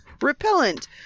repellent